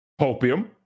Popium